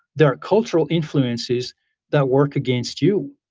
there are cultural influences that work against you